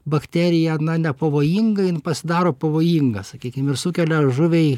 bakterija nepavojinga jin pasidaro pavojinga sakykim ir sukelia žuviai